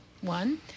one